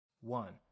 One